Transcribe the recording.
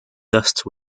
dust